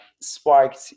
sparked